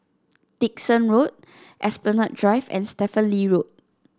Dickson Road Esplanade Drive and Stephen Lee Road